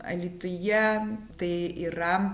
alytuje tai yra